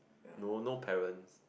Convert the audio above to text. no no parents